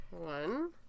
One